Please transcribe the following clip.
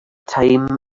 time